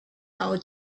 how